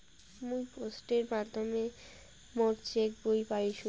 মুই পোস্টের মাধ্যমে মোর চেক বই পাইসু